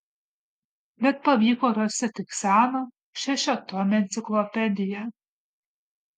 bet pavyko rasti tik seną šešiatomę enciklopediją